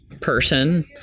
person